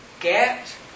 Get